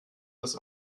des